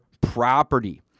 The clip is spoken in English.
property